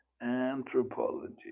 Anthropology